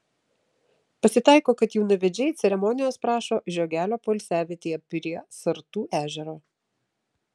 pasitaiko kad jaunavedžiai ceremonijos prašo žiogelio poilsiavietėje prie sartų ežero